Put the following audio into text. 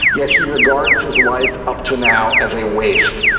yet he regards his life up to now as a waste.